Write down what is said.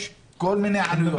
יש כל מיני עלויות.